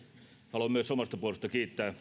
haluan myös omasta puolestani kiittää